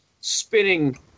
spinning